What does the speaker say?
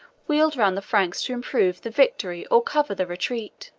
wheeled round the flanks to improve the victory or cover the retreat.